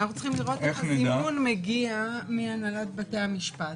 אנחנו צריכים לראות איך הזימון מגיע מהנהלת בתי המשפט.